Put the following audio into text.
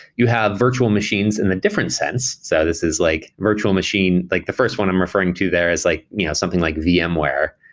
you have virtual machines in a different sense. so this is like virtual machine. like the first one i'm referring to there is like you know something like vmware.